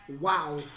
Wow